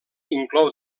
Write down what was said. inclou